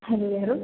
hello ಯಾರು